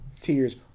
Tears